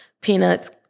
Peanuts